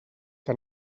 que